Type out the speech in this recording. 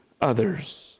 others